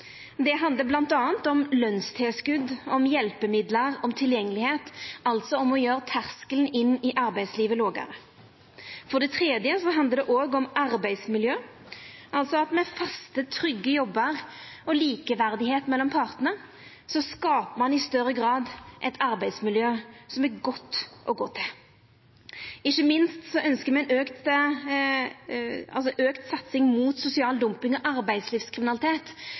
Det handlar bl.a. om lønstilskot, om hjelpemiddel, om tilgjengelegheit – altså om å gjera terskelen inn i arbeidslivet lågare. For det tredje handlar det om arbeidsmiljø, altså at ein med faste, trygge jobbar og likeverd mellom partane i større grad skaper eit arbeidsmiljø som er godt å gå til. Ikkje minst ønskjer me auka satsing mot sosial dumping og arbeidslivskriminalitet, for me ser at det har utvikla seg svært alvorlege tilstandar i delar av